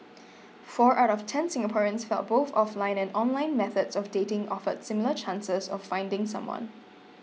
four out of ten Singaporeans felt both offline and online methods of dating offered similar chances of finding someone